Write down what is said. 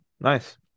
nice